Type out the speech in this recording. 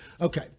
Okay